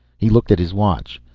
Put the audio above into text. he looked at his watch.